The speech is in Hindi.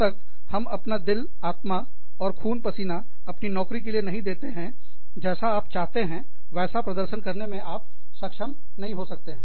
जब तक आप अपना दिल आत्मा और खून पसीना अपनी नौकरी के लिए नहीं देते हैंजैसा आप चाहते हैं वैसा प्रदर्शन करने में आप सक्षम नहीं हो सकते हैं